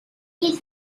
his